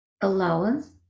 allowance